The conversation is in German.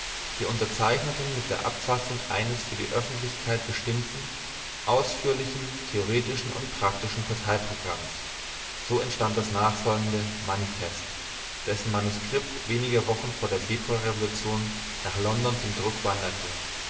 die unterzeichneten mit der abfassung eines für die öffentlichkeit bestimmten ausführlichen theoretischen und praktischen parteiprogramms so entstand das nachfolgende manifest dessen manuskript wenige wochen vor der februarrevolution nach london zum druck wanderte